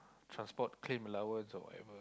transport claim allowance or whatever